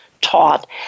taught